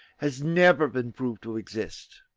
has never been proved to exist.